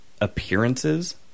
appearances